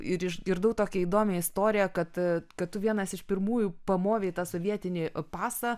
ir išgirdau tokią įdomią istoriją kad kad tu vienas iš pirmųjų pamovei tą sovietinį pasą